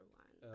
one